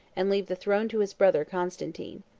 and leave the throne to his brother constantine.